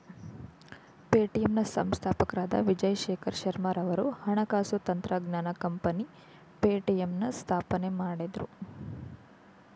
Paytm ನ ಸಂಸ್ಥಾಪಕರಾದ ವಿಜಯ್ ಶೇಖರ್ ಶರ್ಮಾರವರು ಹಣಕಾಸು ತಂತ್ರಜ್ಞಾನ ಕಂಪನಿ ಪೇಟಿಎಂನ ಸ್ಥಾಪನೆ ಮಾಡಿದ್ರು